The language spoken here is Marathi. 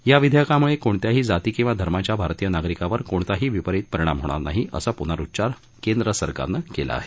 या विधेयकामुळे कोणत्याही जाती किंवा धर्माच्या भारतीय नागरिकावर कोणताही विपरित परिणाम होणार नाही असा पुनरुच्चार केंद्र सरकारनं केला आहे